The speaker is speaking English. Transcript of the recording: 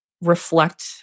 reflect